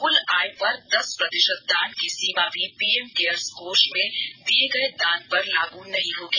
कुल आय पर दस प्रतिशत दान की सीमा भी पीएम केयर्स कोष में दिये गये दान पर लागू नहीं होगी